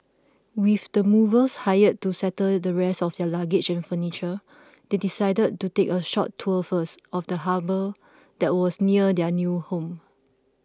with the movers hired to settle the rest of their luggage and furniture they decided to take a short tour first of the harbour that was near their new home